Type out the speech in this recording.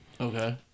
Okay